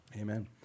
Amen